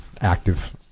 active